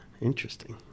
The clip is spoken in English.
Interesting